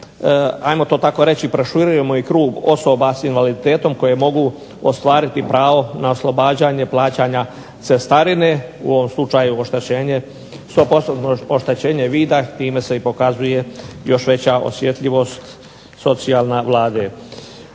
hajmo to tako reći proširujemo i krug osoba sa invaliditetom koje mogu ostvariti pravo na oslobađanje plaćanja cestarine. U ovom slučaju oštećenje, sto postotno oštećenje vida. Time se i pokazuje još veća osjetljivost socijalna Vlade.